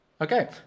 Okay